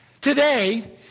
Today